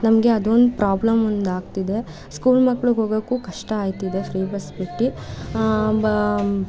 ನಮಗೆ ಅದೊಂದು ಪ್ರಾಬ್ಲಮ್ ಒಂದಾಗ್ತಿದೆ ಸ್ಕೂಲ್ ಮಕ್ಕಳು ಹೋಗೋಕ್ಕೂ ಕಷ್ಟ ಆಗ್ತಿದೆ ಫ್ರೀ ಬಸ್ ಬಿಟ್ಟು ಬಾ